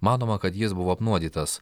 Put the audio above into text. manoma kad jis buvo apnuodytas